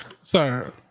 sir